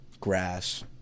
grass